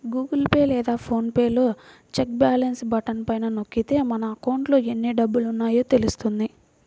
Google Pay లేదా PhonePe లో check balance button పైన నొక్కితే మన అకౌంట్లో ఎన్ని డబ్బులున్నాయో తెలుస్తుంది